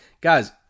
guys